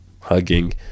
hugging